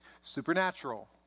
Supernatural